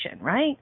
right